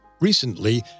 Recently